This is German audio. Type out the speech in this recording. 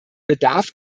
bedarf